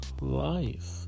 life